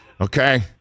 Okay